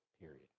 period